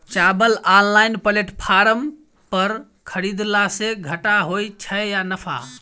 चावल online platform पर खरीदलासे घाटा होइ छै या नफा?